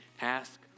Ask